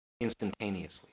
instantaneously